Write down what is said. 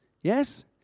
Yes